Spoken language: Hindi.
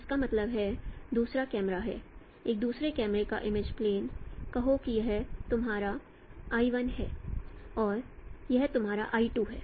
इसका मतलब है दूसरा कैमरा है एक दूसरे कैमरे का इमेज प्लेन कहो कि यह तुम्हारा l1 है और कहो कि यह तुम्हारा l 2 है